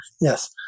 Yes